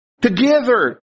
together